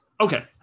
okay